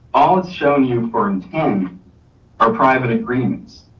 all it's shown you four in ten are private agreements.